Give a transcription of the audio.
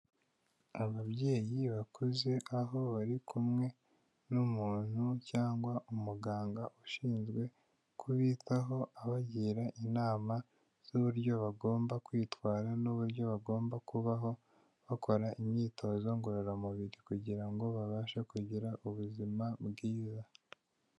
Ababyeyi bakuze aho bari kumwe n'umuntu cyangwa umuganga ushinzwe kubitaho abagira inama z'uburyo bagomba kwitwara n'uburyo bagomba kubaho bakora imyitozo ngororamubiri kugira ngo babashe kugira ubuzima bwiza.